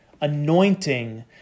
anointing